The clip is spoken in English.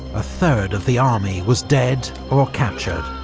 a third of the army was dead or captured.